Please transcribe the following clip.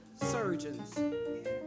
surgeons